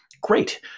Great